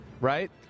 right